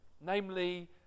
namely